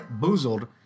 Boozled